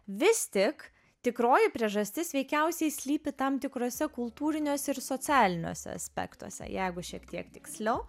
vis tik tikroji priežastis veikiausiai slypi tam tikruose kultūriniuose ir socialiniuose aspektuose jeigu šiek tiek tiksliau